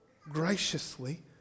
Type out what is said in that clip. graciously